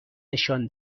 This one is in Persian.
نشان